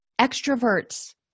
extroverts